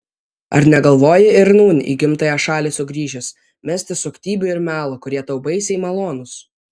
ar negalvoji ir nūn į gimtąją šalį sugrįžęs mesti suktybių ir melo kurie tau baisiai malonūs